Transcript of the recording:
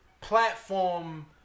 platform